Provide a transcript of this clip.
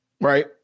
right